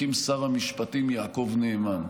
הקים שר המשפטים יעקב נאמן.